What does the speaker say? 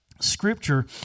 scripture